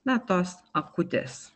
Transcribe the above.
na tos akutės